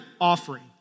offering